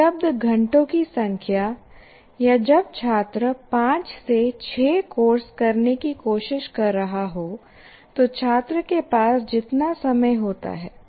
उपलब्ध घंटों की संख्या या जब छात्र 5 से 6 कोर्स करने की कोशिश कर रहा हो तो छात्र के पास जितना समय होता है